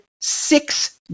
Six